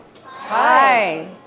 Hi